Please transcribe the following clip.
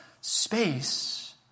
space